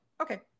okay